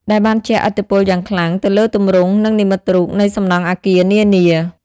ដែលបានជះឥទ្ធិពលយ៉ាងខ្លាំងទៅលើទម្រង់ និងនិមិត្តរូបនៃសំណង់អគារនានា។